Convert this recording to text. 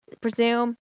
presume